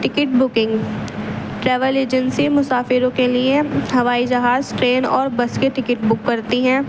ticket booking travel agency مسافروں کے لیے ہوائی جہاز ٹرین اور بس کے ٹکٹ بک کرتی ہیں